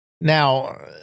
Now